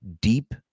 deep